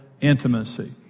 intimacy